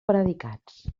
predicats